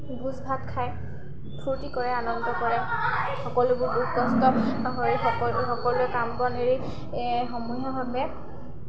ভোজ ভাত খায় ফূৰ্তি কৰে আনন্দ কৰে সমূহীয়াভাৱে